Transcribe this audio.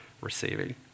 receiving